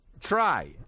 Try